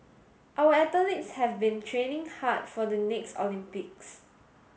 our athletes have been training hard for the next Olympics